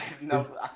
No